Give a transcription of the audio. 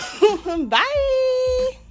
Bye